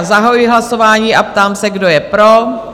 Zahajuji hlasování a ptám se, kdo je pro?